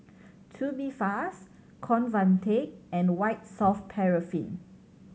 Tubifast Convatec and White Soft Paraffin